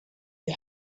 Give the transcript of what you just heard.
you